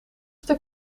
stuk